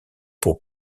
pour